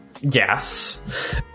Yes